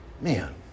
Man